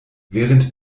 während